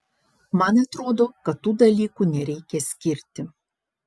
man atrodo kad tų dalykų nereikia skirti